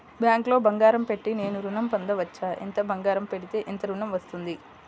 బ్యాంక్లో బంగారం పెట్టి నేను ఋణం పొందవచ్చా? ఎంత బంగారం పెడితే ఎంత ఋణం వస్తుంది?